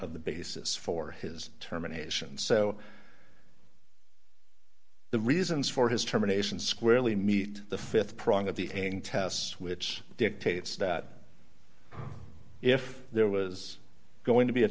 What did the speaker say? of the basis for his terminations so the reasons for his terminations squarely meet the th prong of the test which dictates that if there was going to be a